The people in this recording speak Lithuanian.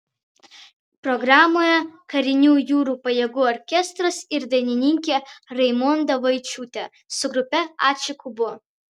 programoje karinių jūrų pajėgų orkestras ir dainininkė raimonda vaičiūtė su grupe ačiū kubu